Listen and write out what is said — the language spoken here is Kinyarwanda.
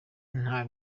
nta